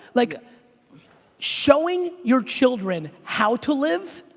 like showing your children how to live,